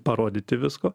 parodyti visko